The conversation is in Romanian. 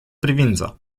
privință